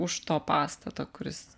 už to pastato kuris